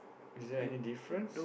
is there any difference